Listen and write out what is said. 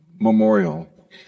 Memorial